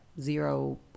zero